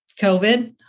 COVID